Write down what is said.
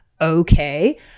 okay